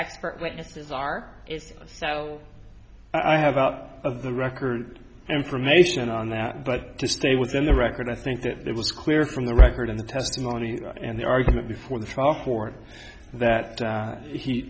expert witnesses are it's a style i have out of the record information on that but to stay with the record i think that there was clear from the record in the testimony and the argument before the trial court that he he